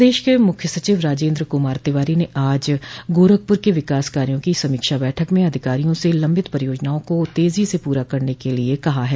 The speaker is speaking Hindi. प्रदेश के मुख्य सचिव राजेन्द्र कुमार तिवारी ने आज गोरखपुर के विकास कार्यो की समीक्षा बैठक में अधिकारियों से लंबित परियोजनाओं को तेजी से पूरा करने के लिए कहा है